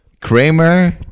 Kramer